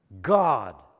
God